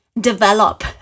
Develop